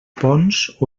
ponts